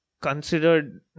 considered